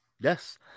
Yes